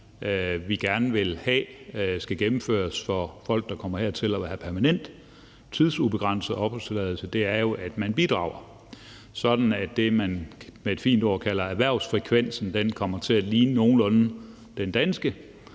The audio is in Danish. vi gerne vil have skal gennemføres for folk, der kommer hertil og vil have permanent tidsubegrænset opholdstilladelse, jo er, at de bidrager, sådan at det, man med et fint ord kalder erhvervsfrekvensen, kommer til nogenlunde at ligne den danske.